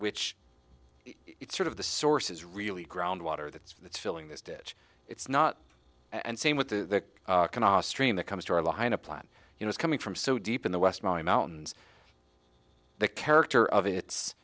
which is sort of the source is really ground water that's filling this ditch it's not and same with the stream that comes to our line of plant you know is coming from so deep in the west my mountains the character of its